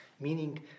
meaning